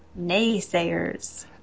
Naysayers